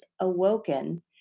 awoken